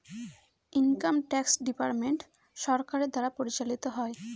income tax department সরকারের দ্বারা পরিচালিত হয়